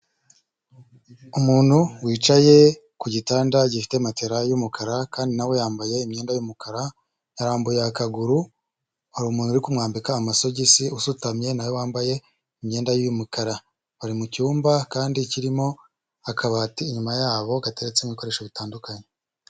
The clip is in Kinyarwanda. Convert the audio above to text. Umuntu wicaye ku gitanda gifite matera y'umukara kandi nawe yambaye imyenda y'umukara, yarambuye akaguru hari umuntu uri kumwambika amasogisi usutamye nawe wambaye imyenda ye y'umukara, bari mu cyumba kandi kirimo akabati inyuma yabo gateretsemo ibikoresho bitandukanye.